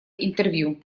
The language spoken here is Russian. интервью